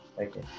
okay